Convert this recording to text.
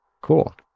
Cool